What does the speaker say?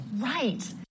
Right